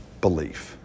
belief